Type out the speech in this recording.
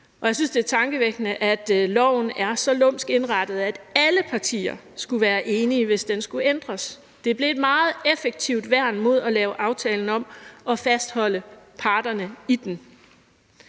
og jeg synes, det er tankevækkende, at loven er så lumsk indrettet, at alle partier skal være enige, hvis den skal ændres. Det er blevet et meget effektivt værn mod at lave aftalen om, og dermed fastholdes parterne i den.